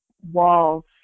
walls